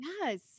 yes